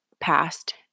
past